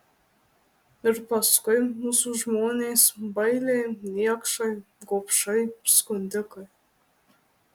ir paskui mūsų žmonės bailiai niekšai gobšai skundikai